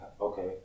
okay